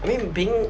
I mean being